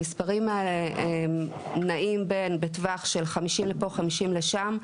המספרים האלה נעים בטווח של 50 לפה 50 לשם.